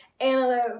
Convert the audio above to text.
Antelope